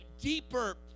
deeper